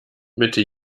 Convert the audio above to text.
mitte